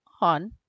on